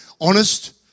honest